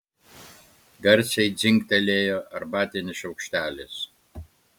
garsiai dzingtelėjo arbatinis šaukštelis